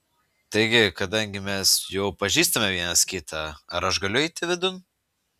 taigi kadangi mes jau pažįstame vienas kitą ar aš galiu įeiti vidun